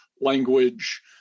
language